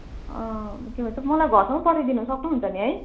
के भन्छ मलाई घरमै पठाइदिनु सक्नुहुन्छ नि है